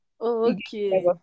Okay